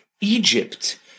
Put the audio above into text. Egypt